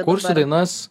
kursiu dainas